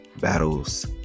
battles